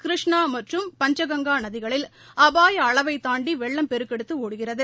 கிருஷ்ணா மற்றும் பஞ்சாகங்கா நதிகளில் அபாய அளவை தாண்டி வெள்ளம் பெருக்கெடுத்து ஒடுகிறது